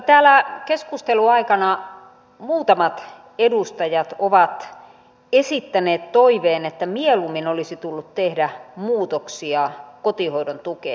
täällä keskustelun aikana muutamat edustajat ovat esittäneet toiveen että mieluummin olisi tullut tehdä muutoksia kotihoidon tukeen